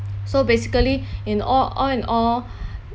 so basically in all all in all